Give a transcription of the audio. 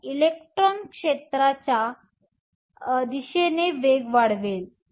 तर इलेक्ट्रॉन क्षेत्राच्या दिशेने वेग वाढवेल